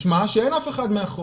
משמע, שאין אף אחד מאחור.